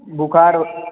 बुखार